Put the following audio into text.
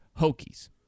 Hokies